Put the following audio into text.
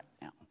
now